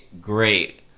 great